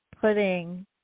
putting